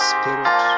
Spirit